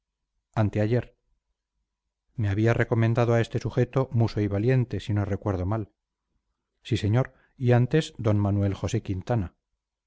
cuándo anteayer me había recomendado a este sujeto musso y valiente si no recuerdo mal sí señor y antes d manuel josé quintana